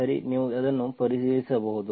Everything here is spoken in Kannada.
ಸರಿ ನೀವು ಅದನ್ನು ಪರಿಶೀಲಿಸಬಹುದು